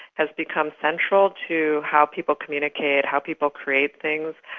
has become central to how people communicate, how people create things.